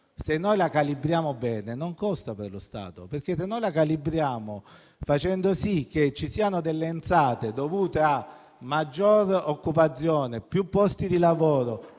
se la calibriamo bene, non ha costi per lo Stato; se cioè la calibriamo facendo sì che ci siano delle entrate dovute a maggior occupazione, più posti di lavoro